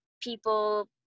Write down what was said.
people